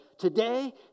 Today